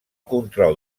control